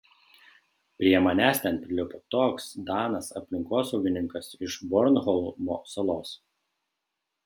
prie manęs ten prilipo toks danas aplinkosaugininkas iš bornholmo salos